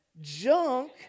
junk